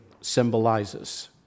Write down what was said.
symbolizes